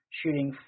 shooting